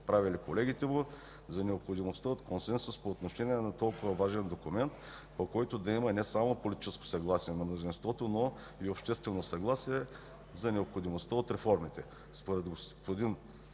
направили колегите му за необходимостта от консенсус по отношение на толкова важен документ, по който да има не само политическо съгласие на мнозинството, но и обществено съгласие за необходимостта от реформата. Според господин